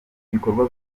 ibikorwa